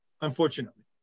unfortunately